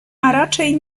raczej